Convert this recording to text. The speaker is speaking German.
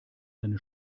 seine